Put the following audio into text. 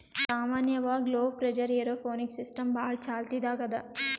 ಸಾಮಾನ್ಯವಾಗ್ low pressure aeroponics system ಭಾಳ್ ಚಾಲ್ತಿದಾಗ್ ಅದಾ